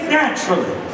naturally